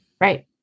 right